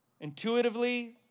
intuitively